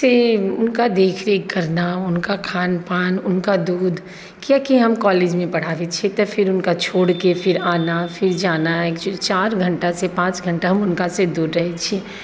से हुनका देखरेख करना हुनका खानपान हुनका दूध कियाकि हम कॉलेजमे पढ़ाबै छिए तऽ फेर हुनका छोड़िके फेर आना फेर जाना चारि घण्टासँ पाँच घण्टा हम हुनकासँ दूर रहै छिए